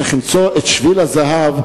צריך למצוא את שביל הזהב,